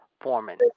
Foreman